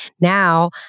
Now